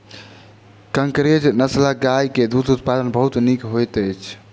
कंकरेज नस्लक गाय के दूध उत्पादन बहुत नीक होइत अछि